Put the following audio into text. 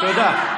תודה,